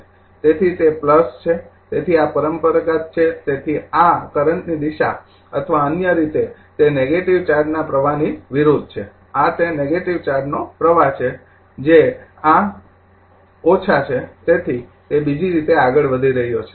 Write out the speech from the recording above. તેથી તે છે તેથી આ પરંપરાગત છે તેથી આ કરંટની દિશા અથવા અન્ય રીતે તે નેગેટિવ ચાર્જના પ્રવાહની વિરુદ્ધ છે આ તે નેગેટિવ ચાર્જનો પ્રવાહ છે જે આ છે તેથી તે બીજી રીતે આગળ વધી રહ્યો છે